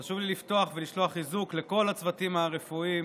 חשוב לי לפתוח ולשלוח חיזוק לכל הצוותים הרפואיים.